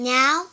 Now